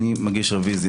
אני מבין שאתה מושך את 3?